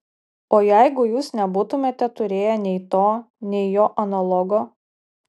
o jeigu jūs nebūtumėte turėję nei to nei jo analogo